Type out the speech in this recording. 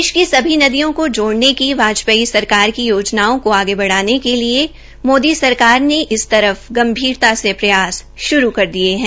देश की सभी नदियों को जोड़ने की वाजपेई सरकार योजनाओं को आगे बढ़ाने के लिये मोदी सरकार ने इस तरफ गंभीरता से प्रयास श्रू कर दिया है